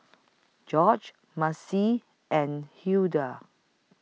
Gorge Marci and Hulda